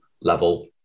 level